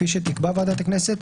כפי שתקבע ועדת הכנסת,